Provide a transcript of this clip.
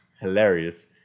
hilarious